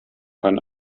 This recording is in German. kann